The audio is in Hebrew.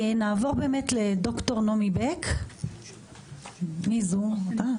ד"ר נעמי בק, ות"ת,